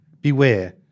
beware